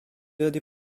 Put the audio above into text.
roddy